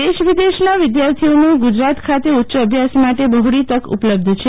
દેશ વિદેશના વિદ્યાર્થીઓને ગુજરાત ખાતે ઉચ્ચ અભ્યાસ માટે બહોળી તક ઉપલબ્ધ છે